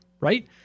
right